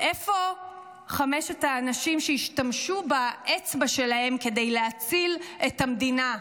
איפה חמשת האנשים שישתמשו באצבע שלהם כדי להציל את המדינה?